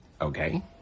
Okay